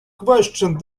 questioned